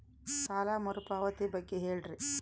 ಸಾಲ ಮರುಪಾವತಿ ಬಗ್ಗೆ ಹೇಳ್ರಿ?